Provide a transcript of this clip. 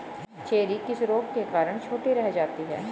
Cherry किस रोग के कारण छोटी रह जाती है?